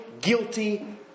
guilty